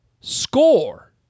score